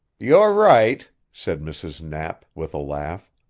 you're right, said mrs. knapp with a laugh.